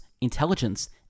intelligence